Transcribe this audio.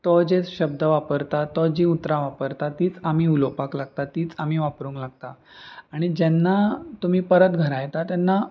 तो जे शब्द वापरता तो जीं उतरां वापरता तीच आमी उलोवपाक लागता तीच आमी वापरूंक लागता आनी जेन्ना तुमी परत घरा येता तेन्ना